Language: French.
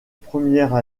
premières